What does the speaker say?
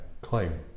claim